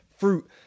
fruit